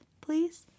please